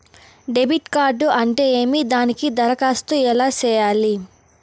debit card అంటే ఏమి దానికి దరఖాస్తు ఎలా సేయాలి